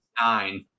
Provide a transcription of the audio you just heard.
nine